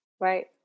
right